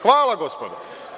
Hvala gospodo.